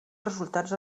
resultats